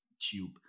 tube